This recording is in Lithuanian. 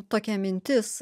tokia mintis